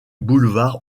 boulevard